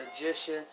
magician